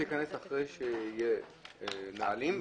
התוקף ייכנס אחרי שיהיו נהלים?